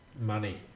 money